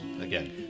again